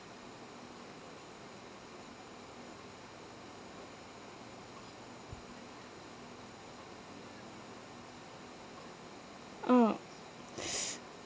orh